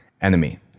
enemy